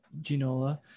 Ginola